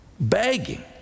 begging